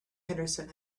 henderson